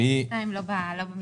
הנושא השני על סדר היום הוא פרק י' (שונות),